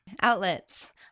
outlets